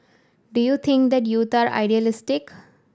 do you think that youth are idealistic